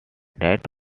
that